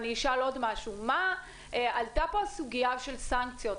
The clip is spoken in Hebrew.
אני אשאל עוד משהו: עלתה פה הסוגיה של סנקציות.